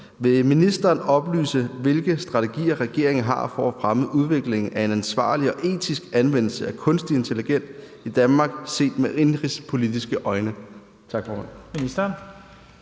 Vil ministeren oplyse, hvilke strategier regeringen har for at fremme udviklingen af en ansvarlig og etisk anvendelse af kunstig intelligens i Danmark set med indenrigspolitiske øjne?